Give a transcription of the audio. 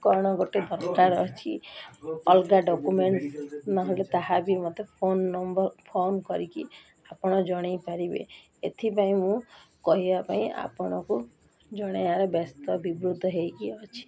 କଣ ଗୋଟେ ଦରକାର ଅଛି ଅଲଗା ଡକୁମେଣ୍ଟସ ନହେଲେ ତାହା ବି ମୋତେ ଫୋନ ନମ୍ବର ଫୋନ କରିକି ଆପଣ ଜଣେଇ ପାରିବେ ଏଥିପାଇଁ ମୁଁ କହିବା ପାଇଁ ଆପଣଙ୍କୁ ଜଣେଇବାରେ ବ୍ୟସ୍ତ ବିବ୍ରତ ହେଇକି ଅଛି